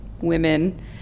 women